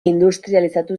industrializatu